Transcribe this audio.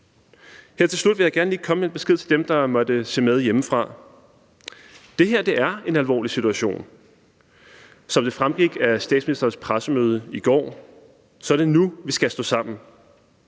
Her til slut vil jeg gerne lige komme med en besked til dem, der måtte se med hjemmefra. Det her er en alvorlig situation. Som det fremgik af statsministerens pressemøde i går, er det nu, vi skal stå sammen.